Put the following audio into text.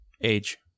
Age